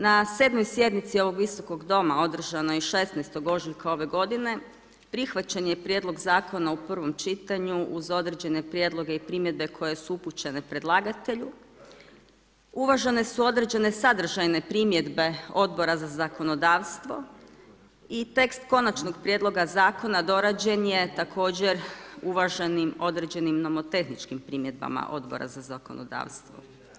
Na 7. sjednici ovog Visokog doma održanoj 16. ožujka ove godine prihvaćen je prijedlog zakona u prvom čitanju uz određene prijedloge i primjedbe koje su upućene predlagatelju, uvažene su određene sadržajne primjedbe Odbora za zakonodavstvo i tekst konačnog prijedloga zakona dorađen je također uvaženim određenim nomotehničkim primjedbama Odbora za zakonodavstvo.